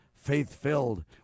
faith-filled